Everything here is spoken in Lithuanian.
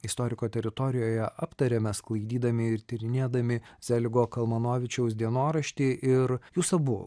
istoriko teritorijoje aptarėme sklaidydami ir tyrinėdami zeligo kalmanovičiaus dienoraštį ir jūs abu